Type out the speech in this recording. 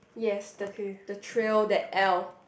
yes the the trail that aisle